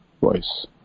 voice